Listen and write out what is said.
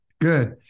Good